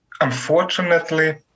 Unfortunately